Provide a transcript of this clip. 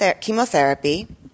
chemotherapy